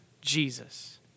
Jesus